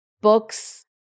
books